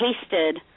tasted